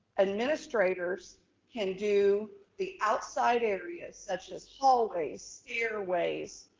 administrators can do the outside areas, such as hallway, stairways,